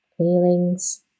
Feelings